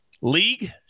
league